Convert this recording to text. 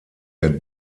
der